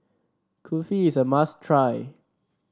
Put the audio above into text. kulfi is a must try